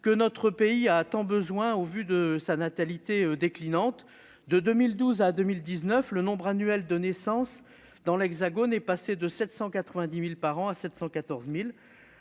dont notre pays a tant besoin au vu de sa natalité déclinante. De 2012 à 2019, le nombre annuel de naissances dans l'Hexagone est passé de 790 000 à 714 000.